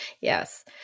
Yes